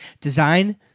Design